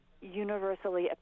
universally